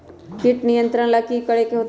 किट नियंत्रण ला कि करे के होतइ?